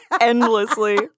endlessly